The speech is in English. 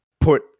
put